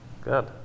Good